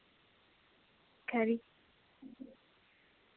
खरी